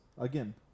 again